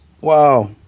Wow